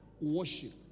worship